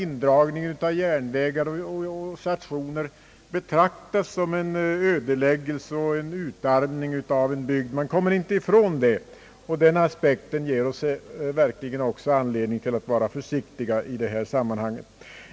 Indragning av järnvägar och stationer betraktas som en ödeläggelse och en utarmning av en bygd. Man kommer inte ifrån det, och denna aspekt ger oss anledning att vara försiktiga i detta sammanhang.